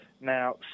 Now